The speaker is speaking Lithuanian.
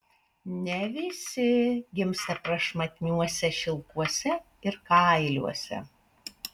ne visi gimsta prašmatniuose šilkuose ir kailiuose